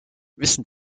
wissen